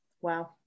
wow